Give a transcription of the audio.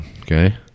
okay